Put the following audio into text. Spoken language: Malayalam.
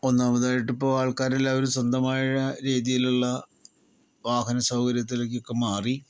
ഒന്നാമതായിട്ട് ഇപ്പോൾ ആൾക്കാരെല്ലാവരും സ്വന്തമായ രീതിയിലുള്ള വാഹന സൗകര്യത്തിലേക്കൊക്കെ മാറി